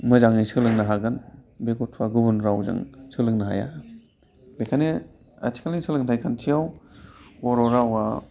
मोजाङै सोलोंनो हागोन बे गथ'आ गुबुन रावजों सोलोंनो हाया बेनिखायनो आथिखालनि सोलोंथाइ खान्थियाव बर' रावआ